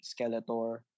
Skeletor